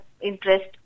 interest